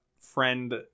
friend